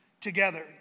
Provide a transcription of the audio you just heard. together